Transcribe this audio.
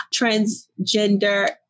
transgender